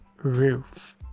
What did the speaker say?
Roof